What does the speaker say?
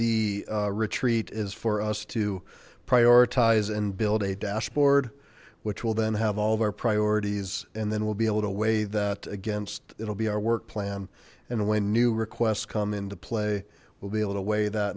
the retreat is for us to prioritize and build a dashboard which will then have all of our priorities and then we'll be able to weigh that against it'll be our work plan and when new requests come into play we'll be able to weigh that